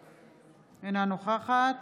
אינה נוכחת